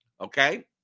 Okay